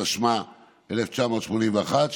התשמ"א 1981,